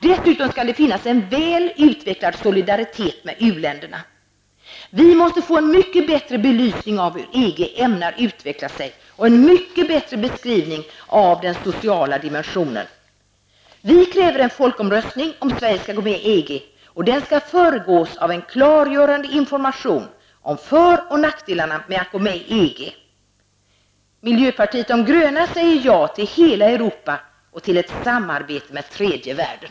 Dessutom skall det finnas en väl utvecklad solidaritet med u-länderna. Vi måste få en mycket bättre belysning av hur EG ämnar utveckla sig och en mycket bättre beskrivning av den sociala dimensionen. Vi kräver en folkomröstning om huruvida Sverige skall gå med i EG. Den skall föregås av klargörande information om för och nackdelarna med att gå med i EG. Miljöpartiet de gröna säger ja till hela Europa och till ett samarbete med tredje världen.